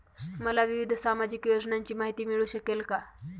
मला विविध सामाजिक योजनांची माहिती मिळू शकेल का?